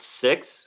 six